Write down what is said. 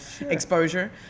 exposure